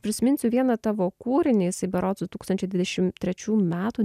prisiminsiu vieną tavo kūrinį jisai berods du tūkstančiai dvidešim trečių metų